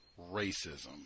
racism